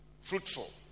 fruitful